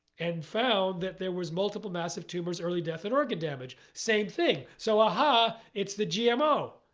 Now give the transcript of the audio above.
and found that there was multiple massive tumors, early death, and organ damage. same thing. so aha! it's the gmo,